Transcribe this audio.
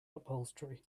upholstery